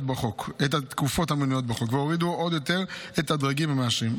בחוק והורידו עוד יותר את הדרגים המאשרים.